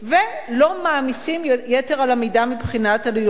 ולא מעמיסים יתר על המידה מבחינת עלויות מזון?